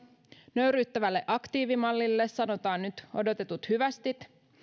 nöyryyttävälle aktiivimallille sanotaan nyt odotetut hyvästit